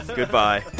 goodbye